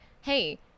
hey